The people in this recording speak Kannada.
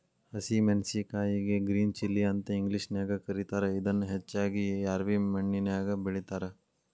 ಹಸಿ ಮೆನ್ಸಸಿನಕಾಯಿಗೆ ಗ್ರೇನ್ ಚಿಲ್ಲಿ ಅಂತ ಇಂಗ್ಲೇಷನ್ಯಾಗ ಕರೇತಾರ, ಇದನ್ನ ಹೆಚ್ಚಾಗಿ ರ್ಯಾವಿ ಮಣ್ಣಿನ್ಯಾಗ ಬೆಳೇತಾರ